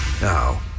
Now